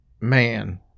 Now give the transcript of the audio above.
man